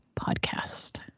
podcast